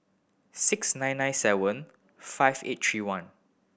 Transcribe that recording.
six nine nine seven five eight three one